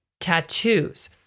tattoos